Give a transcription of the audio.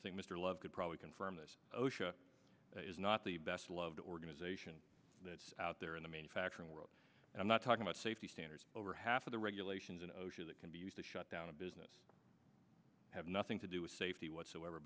think mr love could probably confirm this osha is not the best loved organization that's out there in the manufacturing world i'm not talking about safety standards over half of the regulations and osha that can be used to shut down a business have nothing to do with safety whatsoever